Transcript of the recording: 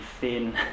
thin